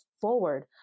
forward